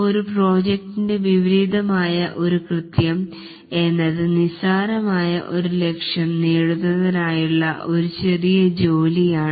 ഒരു പ്രോജക്ടിന്റെ വിപരീതമായ ഒരു കൃത്യം എന്നത് നിസാരമായ ഒരു ലക്ഷ്യം നേടുന്നതിനായുള്ള ഒരു ചെറിയ ജോലിയാണ്